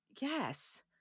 yes